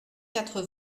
quatre